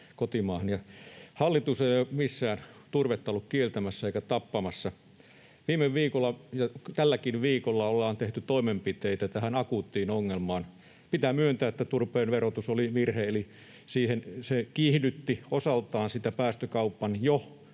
Hallitus ei ole missään turvetta ollut kieltämässä eikä tappamassa. Viime viikolla ja tälläkin viikolla ollaan tehty toimenpiteitä tähän akuuttiin ongelmaan. Pitää myöntää, että turpeen verotus oli virhe, eli se kiihdytti osaltaan sitä päästökaupan jo